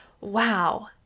wow